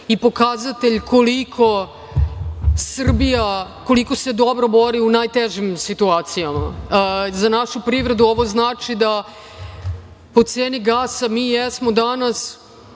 i pokazatelj koliko se Srbija dobro bori u najtežim situacijama. Za našu privredu ovo znači da po ceni gasa mi jesmo danas